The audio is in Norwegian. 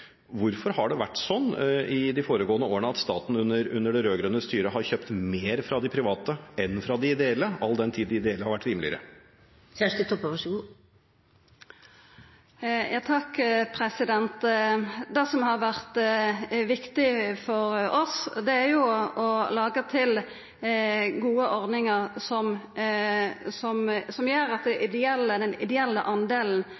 Hvorfor har det vært sånn i de foregående årene at staten under det rød-grønne styret har kjøpt mer fra de private enn fra de ideelle, all den tid de ideelle har vært rimeligere? Det som har vore viktig for oss, er å laga til gode ordningar som gjer at den ideelle delen kan oppretthaldast på barnevernsfeltet. Det